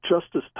Justice